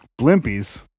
blimpies